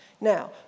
Now